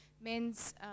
men's